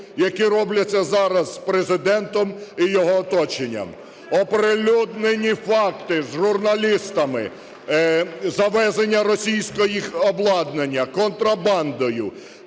які робляться зараз Президентом і його оточенням. Оприлюднені факти журналістами: завезення російського обладнання контрабандою,